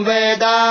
Veda